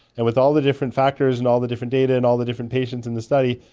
and with all the different factors and all the different data and all the different patients in the study,